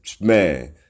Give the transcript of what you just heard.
man